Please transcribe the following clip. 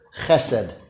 Chesed